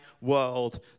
world